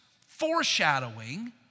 foreshadowing